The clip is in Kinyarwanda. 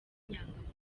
inyangamugayo